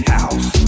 House